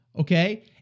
Okay